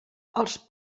els